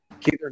Keith